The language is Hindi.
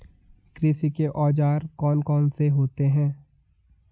कृषि के औजार कौन कौन से होते हैं?